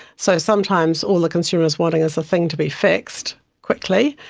so sometimes all the consumer is wanting is the thing to be fixed quickly,